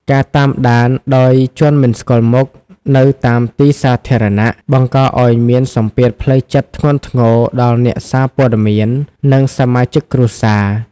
ការតាមដានដោយជនមិនស្គាល់មុខនៅតាមទីសាធារណៈ បង្កឱ្យមានសម្ពាធផ្លូវចិត្តធ្ងន់ធ្ងរដល់អ្នកសារព័ត៌មាន និងសមាជិកគ្រួសារ។